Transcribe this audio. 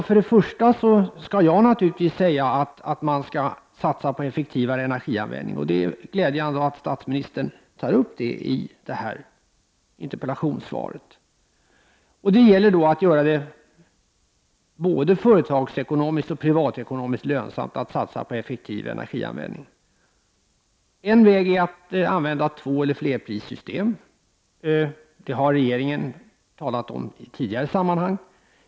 Till att börja med skall man satsa på effektivare energianvändning. Det är glädjande att statsministern tar upp detta i interpellationssvaret. Det gäller då att göra det både företagsekonomiskt och privatekonomiskt lönsamt att satsa på effektiv energianvändning. En väg är att använda tvåeller flerprissystem, vilket regeringen i tidigare sammanhang har talat om.